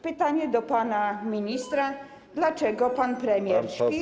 Pytanie do pana ministra: Dlaczego pan premier śpi?